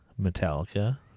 Metallica